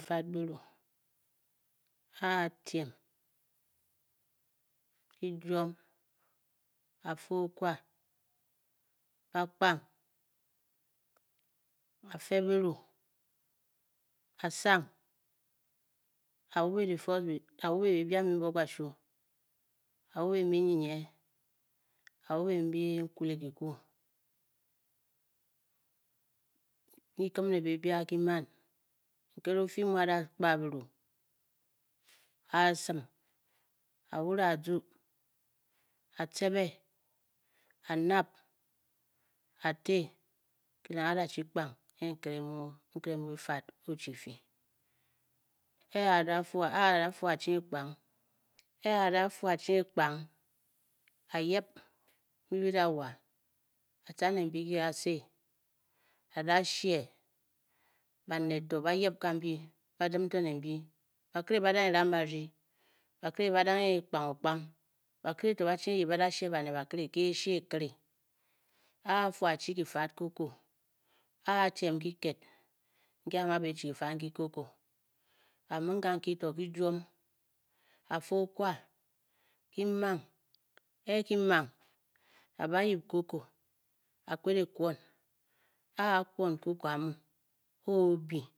Kifad byiru, a a-tyem, ki juom, a fe okwa, a kpang, a fe byiru, a sang, a-wubi the fisrt bee, a wube bebia mbi mbuop kashu, a wube mbi nnyinyeng, a wube mbi nkule kikwu, kikim ne bebia ki man, nkere o fyi mu a da kpa byiru, a a-sim a wure a zuu, a tcebe, a nab, a te kirenghe a da- chi kpang ke nkere mu, nkere mu bifad o chi fyi, e-e a da a- fu, e-e a da-fu a chi kpang e-e a da- fu a ching ekpang. a yip mbi bi da wa a tca ne mbi ke kase a da she baned to ba yip kambi ba dim to ne mbyi, bakire ba da ram ba rdyi, bakire to ba danghe kpang okpang, bakire to ba ching e yip ba da she baned bakire ke eshie ekire a a fu achi kifad koko a a-tiem kiked nki a mu ba e chi kifad nkikoko, a ming ganki to ki juom a fe okwa ki mang e ki mang a ba yip koko a kped e kwon, a a-kwon koko amu a o- byi